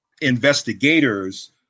investigators